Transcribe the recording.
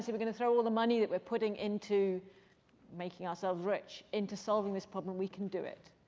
we're going to throw all the money that we're putting into making ourselves rich into solving this problem, we can do it.